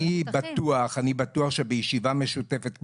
אני בטוח שבישיבה משותפת,